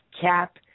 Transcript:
cap